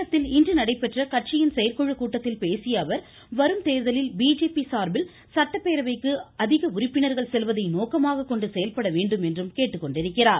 சேலத்தில் இன்று நடைபெற்ற கட்சியின் செயற்குழு கூட்டத்தில் பேசிய அவர் வரும் தேர்தலில் பிஜேபி சார்பில் சட்டப்பேரவைக்கு அதிக உறுப்பினர்கள் செல்வதை நோக்கமாக கொண்டு செயல்பட வேண்டும் என்றும் கேட்டுக்கொண்டிருக்கிறார்